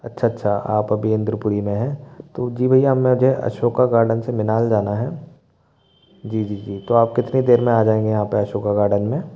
अच्छा अच्छा आप अभी इंद्रपुरी में है तो जी भैया मुझे अशोका गार्डन से मीनाल जाना है जी जी जी तो आप कितनी देर में आ जाएंगे यहाँ पर अशोका गार्डन में